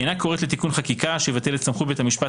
אינה קוראת לתיקון חקיקה שיבטל את סמכות בית המשפט